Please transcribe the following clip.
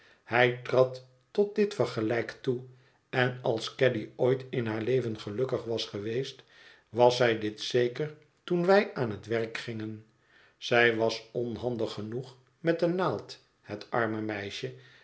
hij trad tot dit vergelijk toe en als caddy ooit in haar leven gelukkig was geweest was zij dit zeker toen wij aan het werk gingen zij was onhandig genoeg met de naald het arme meisje